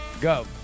Go